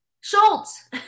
Schultz